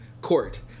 court